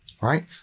Right